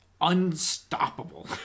unstoppable